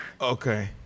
Okay